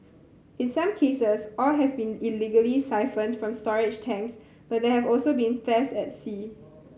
in some cases oil has been illegally siphoned from storage tanks but there have also been thefts at sea